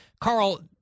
Carl